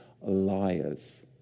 liars